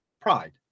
Pride